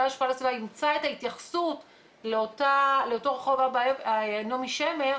השפעה על הסביבה ימצא את ההתייחסות לאותו רחוב נעמי שמר,